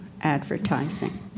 advertising